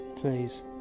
Please